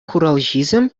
хуралҫисем